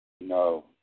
no